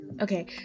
okay